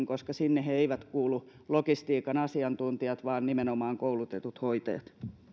koska sinne he logistiikan asiantuntijat eivät kuulu vaan nimenomaan koulutetut hoitajat